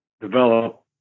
develop